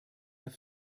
sehr